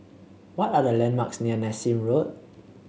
what are the landmarks near Nassim Road